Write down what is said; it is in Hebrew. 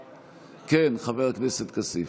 כן, חבר הכנסת כסיף.